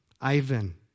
Ivan